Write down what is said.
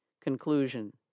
Conclusion